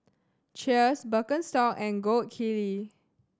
Cheers Birkenstock and Gold Kili